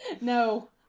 No